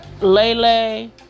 Lele